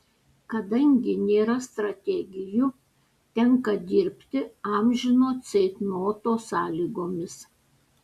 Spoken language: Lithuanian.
kadangi nėra strategijų tenka dirbti amžino ceitnoto sąlygomis